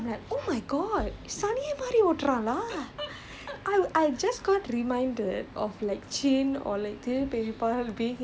and he was like no no it's okay it's okay the cars வந்து:vanthu wait பண்ணும்:pannum lah ஒன்னும் இல்லை:onnum illai lah then I'm like oh my god சனியன் மாதிரி ஓட்டுறான்:saniyaan maathiri otturaan lah